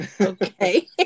Okay